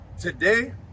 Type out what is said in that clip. today